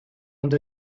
and